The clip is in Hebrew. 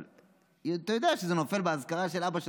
אבל אתה יודע שזה נופל באזכרה של אבא שלך,